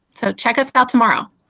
so check us out tomorrow?